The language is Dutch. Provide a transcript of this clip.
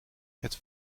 het